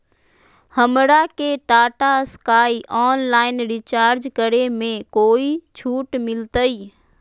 हमरा के Tata Sky online recharge करे में कोई छूट मिलतई